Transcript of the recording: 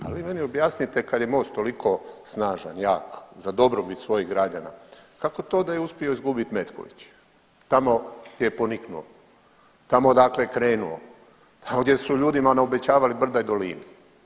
Ali vi meni objasnite kad je MOST toliko snažan jak i za dobrobit svojih građana kako to da je uspio izgubiti Metković, tamo je poniknuo, tamo odakle je krenuo, a ovdje su ljudima naobećavali brda i doline.